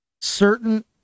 certain